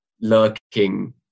lurking